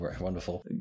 Wonderful